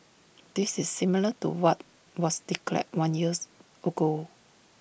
this is similar to what was declared one years ago